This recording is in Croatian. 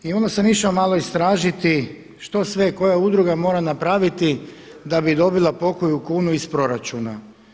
I onda sam malo išao istražiti što sve koja udruga mora napraviti da bi dobila pokoju kunu iz proračuna.